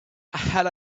had